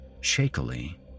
Shakily